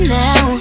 now